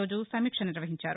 రోజు సమీక్ష నిర్వహించారు